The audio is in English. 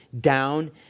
down